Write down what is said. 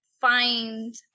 find